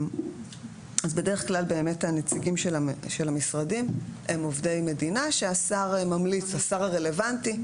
בדרך כלל באמת הנציגים של המשרדים הם עובדי מדינה שהשר הרלוונטי ממליץ,